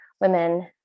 women